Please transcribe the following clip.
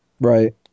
Right